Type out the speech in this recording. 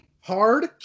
hard